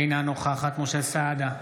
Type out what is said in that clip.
אינה נוכחת משה סעדה,